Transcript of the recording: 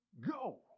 Go